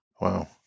Wow